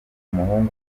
umuhungu